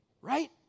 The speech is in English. right